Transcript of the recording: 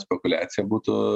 spekuliacija būtų